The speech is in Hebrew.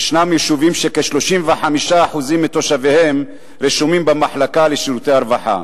ישנם יישובים שכ-35% מתושביהם רשומים במחלקה לשירותי הרווחה.